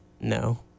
no